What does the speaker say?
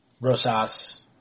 Rosas